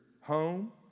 home